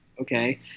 okay